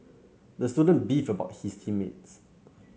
the student beefed about his team mates